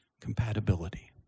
Compatibility